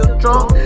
drunk